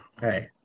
Hey